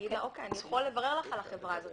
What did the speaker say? להגיד לה: אנחנו יכולים לברר לך על החברה הזאת,